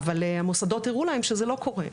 אבל המוסדות הראו להם שזה לא קורה.